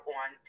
on